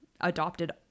adopted